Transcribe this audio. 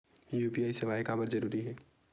UPI सेवाएं काबर जरूरी हे?